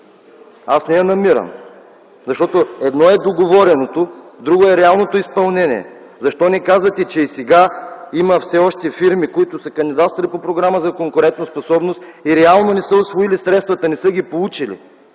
Аз не я намирам. Защото едно е договореното, друго е реалното изпълнение. Защо не казахте, че и сега има все още фирми, които са кандидатствали по програма за конкурентоспособност и реално не са усвоили средствата? Не са ги получили